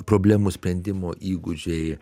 problemų sprendimo įgūdžiai